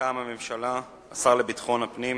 מטעם הממשלה השר לביטחון הפנים